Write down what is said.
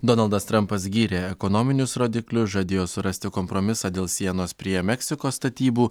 donaldas trampas gyrė ekonominius rodikliu žadėjo surasti kompromisą dėl sienos prie meksikos statybų